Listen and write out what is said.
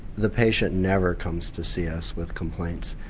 the patient never comes to see us with complaints,